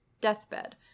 deathbed